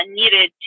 needed